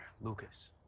Lucas